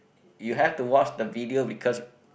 you have to watch the video because